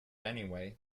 anyway